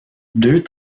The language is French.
deux